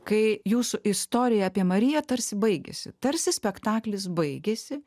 kai jūsų istorija apie mariją tarsi baigiasi tarsi spektaklis baigiasi